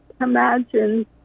imagine